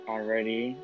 Already